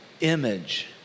image